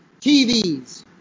TVs